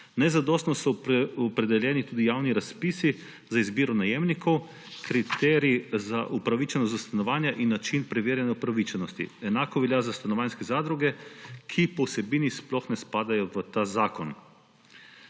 Nezadostno so opredeljeni tudi javni razpisi za izbiro najemnikov, kriteriji za upravičenost do stanovanja in način preverjanja upravičenosti. Enako velja za stanovanjske zadruge, ki po vsebini sploh ne spadajo v ta zakon.